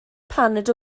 paned